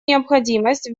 необходимость